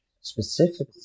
specifically